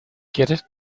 quieres